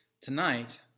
Tonight